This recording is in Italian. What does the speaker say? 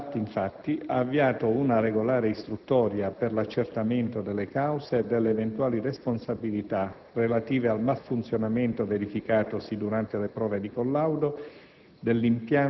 L'APAT, infatti, ha avviato una regolare istruttoria per l'accertamento delle cause e delle eventuali responsabilità relative al malfunzionamento verificatosi durante le prove di collaudo